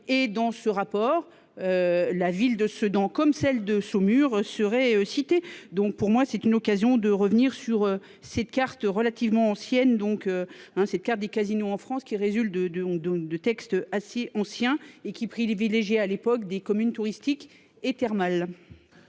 Et dans ce rapport. La ville de Sedan comme celle de Saumur seraient cités. Donc pour moi c'est une occasion de revenir sur cette carte relativement ancienne donc hein c'est clair des casinos en France qui résulte de de de de texte assez ancien et qui privilégiait à l'époque des communes touristiques et thermales.